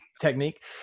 technique